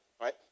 right